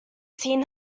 seen